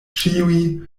ĉiuj